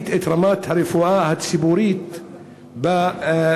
את רמת הרפואה הציבורית בפריפריה.